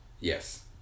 Yes